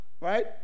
right